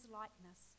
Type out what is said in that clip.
likeness